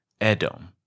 Edom